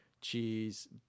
cheese